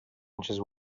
inches